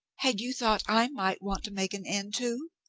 had you thought i might want to make an end, too?